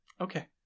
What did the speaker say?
okay